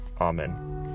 Amen